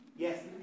Yes